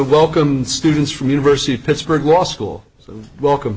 welcome students from university of pittsburgh law school so welcome